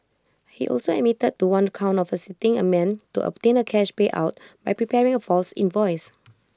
he also admitted to one count of assisting A man to obtain A cash payout by preparing A false invoice